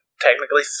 Technically